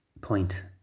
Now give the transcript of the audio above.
point